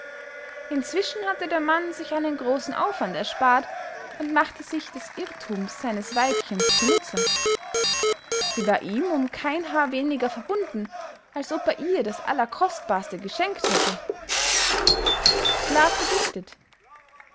inzwischen hatte der mann sich einen grossen aufwand erspahrt und machte sich des irrthums seines weibchens zu nutze sie war ihm um kein haar weniger verbunden als ob er ihr das allerkostbarste geschenkt hätte